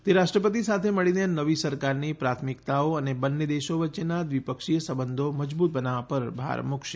તે રાષ્ટ્રપતિ સાથે મળીને નવી સરકારની પ્રાથમિકતાઓ અને બંને દેશો વચ્ચેનાં વ્રિપક્ષીય સંબંધો મજબૂત બનાવવા પર ભાર મૂકશે